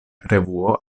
revuo